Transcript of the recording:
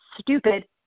Stupid